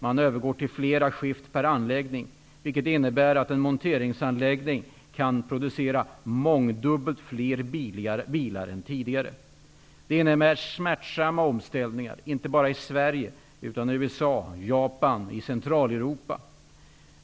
Man övergår till flera skift per anläggning, vilket innebär att en monteringsanläggning kan producera mångdubbelt fler bilar än tidigare. Detta innebär smärtsamma omställningar, inte bara i Sverige, utan i USA, Japan och Centraleuropa.